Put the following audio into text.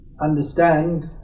understand